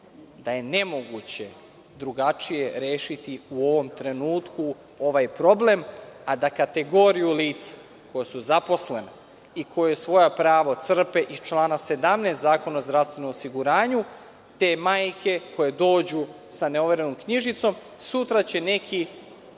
da je nemoguće drugačije rešiti u ovom trenutku ovaj problem, a da kategoriju lica koja su zaposlena i koja svoje pravo crpe iz člana 17. Zakona o zdravstvenom osiguranju, te majke koje dođu sa neoverenom knjižicom sutra će neki